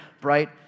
bright